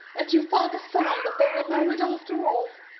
and your father found that they were married after all.